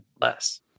less